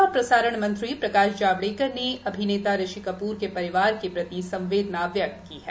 स्चना और प्रसारण मंत्री प्रकाश जावड़ेकर ने अभिनेता ऋषिकप्र के परिवार के प्रति संवेदना व्यक्त की है